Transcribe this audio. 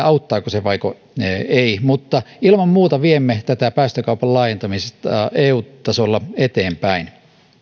auttaako se vaiko ei mutta ilman muuta viemme päästökaupan laajentamista eu tasolla eteenpäin